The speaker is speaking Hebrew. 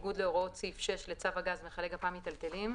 בניגוד להוראות סעיף 6 לצו הגז מכלי גפ"מ מיטלטלים,